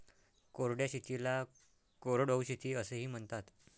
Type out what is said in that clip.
कोरड्या शेतीला कोरडवाहू शेती असेही म्हणतात